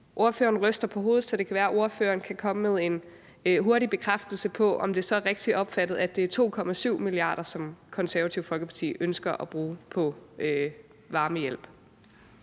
Ordføreren ryster på hovedet, så det kan være, at ordføreren kan komme med en hurtig bekræftelse af, at det er rigtigt opfattet, at det er 2,7 mia. kr., som Det Konservative Folkeparti ønsker at bruge på varmehjælp.